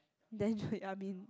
then been